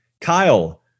Kyle